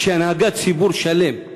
כשהנהגת ציבור שלם,